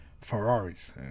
Ferraris